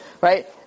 right